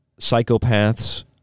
psychopaths